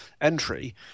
entry